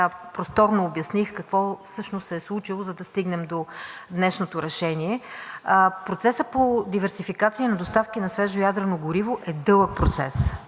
пространно обясних какво всъщност се е случило, за да стигнем до днешното решение. Процесът по диверсификация на доставки на свежо ядрено гориво е дълъг процес.